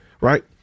right